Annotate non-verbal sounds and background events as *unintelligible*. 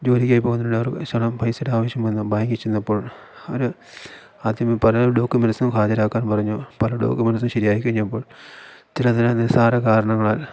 ജോലിക്കായി പോകുന്നതിനുവേണ്ടി അവര്ക്ക് *unintelligible* പൈസയുടെ ആവശ്യം വന്നു ബാങ്കിൽച്ചെന്നപ്പോൾ അവർ ആദ്യമേ പല ഡോക്യുമെന്റ്സും ഹാജരാക്കാൻ പറഞ്ഞു പല ഡോക്യുമെന്റ്സും ശരിയായി കഴിഞ്ഞപ്പോൾ ചില ചില നിസ്സാര കാരണങ്ങളാൽ